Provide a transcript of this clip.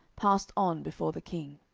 passed on before the king.